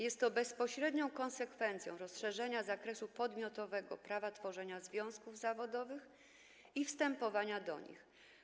Jest to bezpośrednią konsekwencją rozszerzenia zakresu podmiotowego prawa tworzenia związków zawodowych i wstępowania do nich.